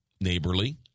neighborly